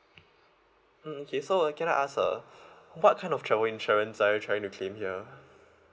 mm okay so uh can I ask uh what kind of travel insurance are you trying to claim here